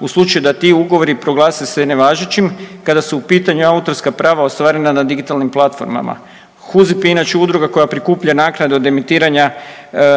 u slučaju da ti ugovori proglase se nevažećim kada su u pitanju autorska prava ostvarena na digitalnim platformama. HUZIP je inače udruga koja prikuplja naknade od emitiranja